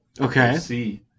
Okay